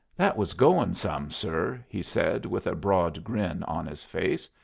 that was goin' some, sir, he said, with a broad grin on his face.